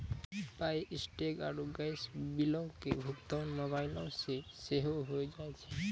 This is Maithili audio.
फास्टैग आरु गैस बिलो के भुगतान मोबाइलो से सेहो होय जाय छै